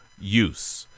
use